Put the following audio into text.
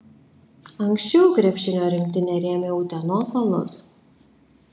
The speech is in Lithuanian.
anksčiau krepšinio rinktinę rėmė utenos alus